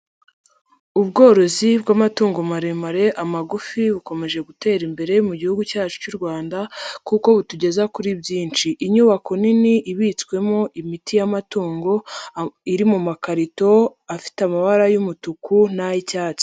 Ubworozi bw'amatungo maremare amagufi bukomeje gutera imbere mu gihugu cyacu cy'u Rwanda kuko butugeza kuri byinshi. Inyubako nini ibitswemo imiti y'amatungo iri mu makarito afite amabara y'umutuku n'ay'icyatsi.